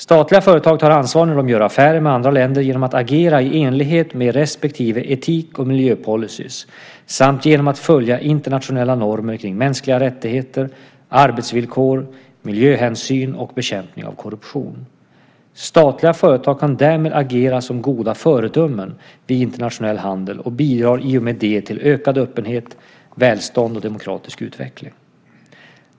Statliga företag tar ansvar när de gör affärer med andra länder genom att agera i enlighet med sina respektive etik och miljöpolicyer samt genom att följa internationella normer kring mänskliga rättigheter, arbetsvillkor, miljöhänsyn och bekämpning av korruption. Statliga företag kan därmed agera som goda föredömen vid internationell handel och bidrar i och med det till ökad öppenhet, ökat välstånd och ökad demokratisk utveckling.